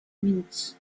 minutes